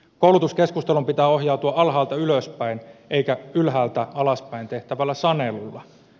koulutuskeskustelun pitää ohjautua alhaalta ylöspäin ei ylhäältä alaspäin tehtävällä sanelulla